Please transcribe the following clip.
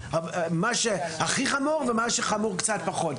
חמור לחמור קצת פחות.